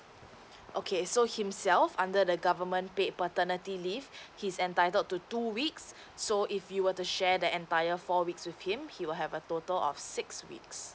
okay so himself under the government paid paternity leave he's entitled to two weeks so if you were to share the entire four weeks with him he will have a total of six weeks